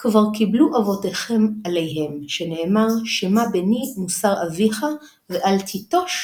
המקום כאשר אנשי עיר מסוימת רצו לשנות ממנהג העיר הקדמון,